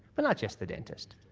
but not just the dentist.